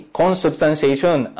consubstantiation